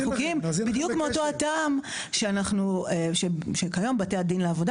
חוקיים בדיוק מאותו הטעם שכיום בתי הדין לעבודה